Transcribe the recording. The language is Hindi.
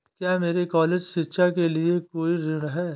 क्या मेरे कॉलेज शिक्षा के लिए कोई ऋण है?